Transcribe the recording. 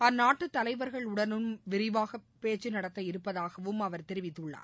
அந்நாட்டு தலைவர்களுடனும் விரிவாக பேச்சு நடத்த இருப்பதாகவும் அவர் தெரிவித்துள்ளார்